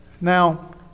Now